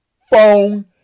phone